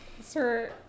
sir